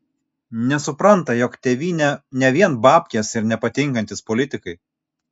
nesupranta jog tėvynė ne vien babkės ir nepatinkantys politikai